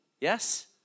Yes